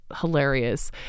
hilarious